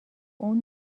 اون